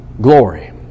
glory